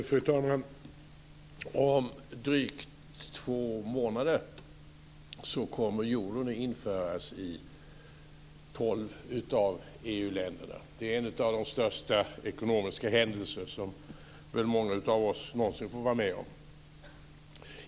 Fru talman! Om drygt två månader kommer euron att införas i tolv av EU-länderna. Det är väl en av de största ekonomiska händelser som många av oss någonsin får vara med om.